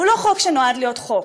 הוא לא חוק שנועד להיות חוק,